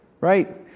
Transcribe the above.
Right